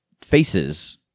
faces